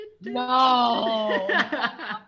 no